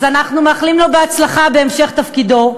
אז אנחנו מאחלים לו בהצלחה בהמשך תפקידו,